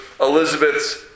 Elizabeth's